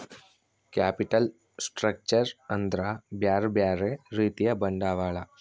capital structure ಅಂದ್ರ ಬ್ಯೆರೆ ಬ್ಯೆರೆ ರೀತಿಯ ಬಂಡವಾಳ